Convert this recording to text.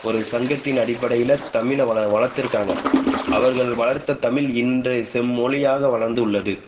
ஒரு சங்கத்தின் அடிப்படையில் தமிழை வள வளர்த்துருக்காங்க அவர்கள் வளர்த்த தமிழ் இன்றைய செம்மொழியாக வளர்ந்து உள்ளது